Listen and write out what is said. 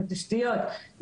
בתשתיות,